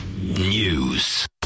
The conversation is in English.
News